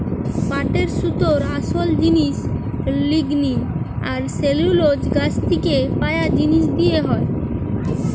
পাটের সুতোর আসোল জিনিস লিগনিন আর সেলুলোজ গাছ থিকে পায়া জিনিস দিয়ে তৈরি হয়